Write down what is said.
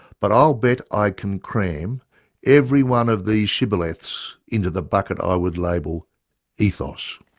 but i'll bet i can cram every one of these shibboleths into the bucket i would label ethos.